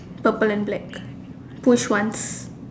purple and black push once